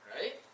right